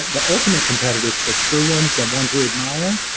the ultimate competitors, the true ones, the ones we admire,